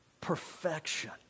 Perfection